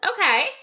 Okay